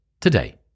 today